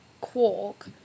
Quark